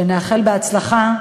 ונאחל בהצלחה,